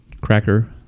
Cracker